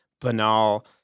banal